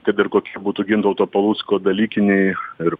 kad ir kokie būtų gintauto palucko dalykiniai ir